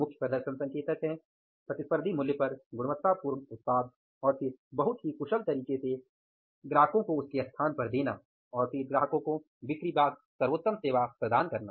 मुख्य प्रदर्शन संकेतक हैं प्रतिस्पर्धी मूल्य पर गुणवत्तापूर्वक उत्पाद और फिर बहुत ही कुशल तरीके से ग्राहक को उसके स्थान पर देना और फिर ग्राहकों को बिक्री बाद सर्वोत्तम सेवा प्रदान करना